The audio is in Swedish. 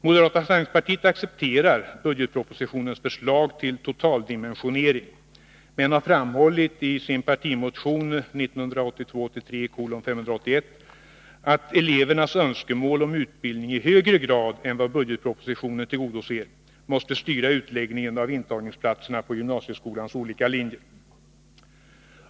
Moderata samlingspartiet accepterar budgetpropositionens förslag till totaldimensionering, men har framhållit i sin partimotion 1982/83:581 att elevernas önskemål om utbildning i högre grad än vad budgetpropositionen tillgodoser måste styra utläggningen av intagningsplatserna på gymnasieskolans olika linjer.